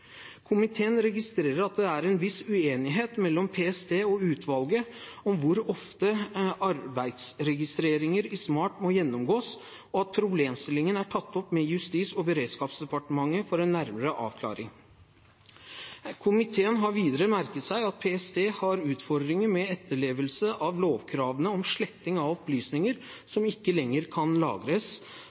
Komiteen registrerer at det er en viss uenighet mellom PST og utvalget om hvor ofte arbeidsregistreringer i Smart må gjennomgås, og at problemstillingen er tatt opp med Justis- og beredskapsdepartementet for en nærmere avklaring. Komiteen har videre merket seg at PST har utfordringer med etterlevelse av lovkravene om sletting av opplysninger som ikke lenger kan lagres,